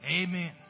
amen